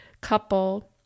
couple